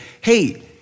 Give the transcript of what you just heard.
Hey